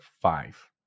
five